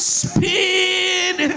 speed